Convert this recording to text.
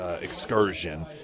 excursion